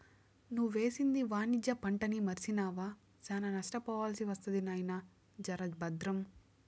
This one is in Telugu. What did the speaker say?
నువ్వేసింది వాణిజ్య పంటని మర్సినావా, శానా నష్టపోవాల్సి ఒస్తది నాయినా, జర బద్రం